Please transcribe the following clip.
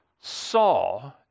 saw